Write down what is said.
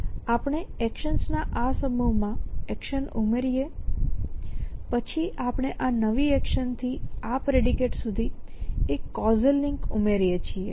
આપણે એક્શન્સના આ સમૂહમાં એક્શન ઉમેરીએ છીએ પછી આપણે આ નવી એક્શન થી આ પ્રેડિકેટ સુધી એક કૉઝલ લિંક ઉમેરીએ છીએ